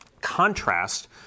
contrast